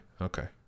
Okay